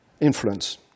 influence